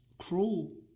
cruel